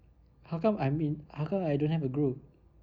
how come I'm in how come I don't have a group